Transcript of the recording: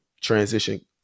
transition